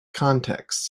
contexts